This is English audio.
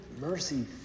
mercy